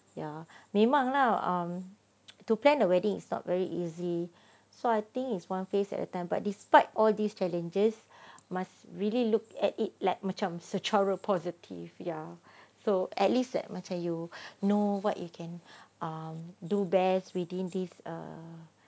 ya memang lah um to plan the wedding is not very easy so I think is one phase at a time but despite all these challenges must really look at it like macam secara positive ya so at least that macam you know what you can um do best within this err